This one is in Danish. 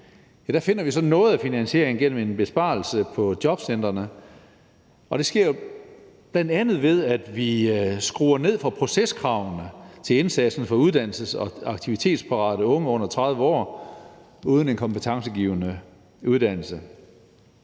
nu, finder vi så noget af finansieringen gennem en besparelse på jobcentrene. Det sker jo bl.a., ved at vi skruer ned for proceskravene for indsatsen til uddannelses- og aktivitetsparate unge under 30 år uden en kompetencegivende uddannelse.